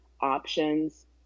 Options